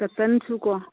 ꯀꯇꯟꯁꯨꯀꯣ